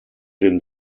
den